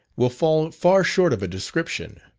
will fall far short of a description.